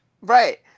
Right